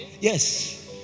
yes